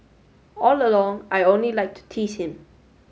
all along I only like to tease him